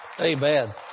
Amen